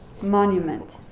Monument